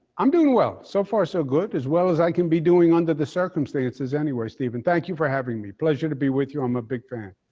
i'm doing well. so far, so good. as well as i can be doing under the circumstances, anyway, stephen. thank you for having me. pleasure to be with you. i'm a big fan.